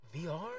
VR